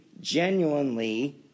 genuinely